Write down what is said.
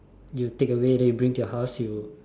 you take away then you bring to your house you